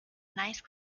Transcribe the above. nice